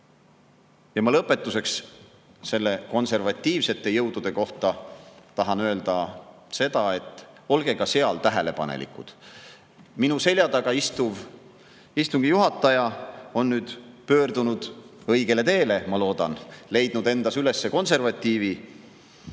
juurde. Lõpetuseks tahan ma konservatiivsete jõudude kohta öelda seda, et olge ka seal tähelepanelikud. Minu selja taga istuv istungi juhataja on nüüd pöördunud õigele teele, ma loodan, leidnud endas üles konservatiivi.